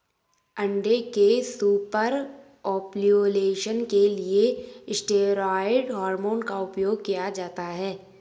अंडे के super ovulation के लिए स्टेरॉयड हार्मोन का उपयोग किया जाता है